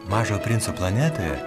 mažojo princo planetoje